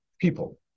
people